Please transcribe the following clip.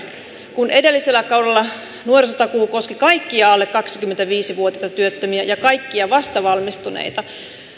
kun edellisellä kaudella nuorisotakuu koski kaikkia alle kaksikymmentäviisi vuotiaita työttömiä ja kaikkia vastavalmistuneita